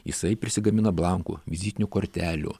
jisai prisigamina blankų vizitinių kortelių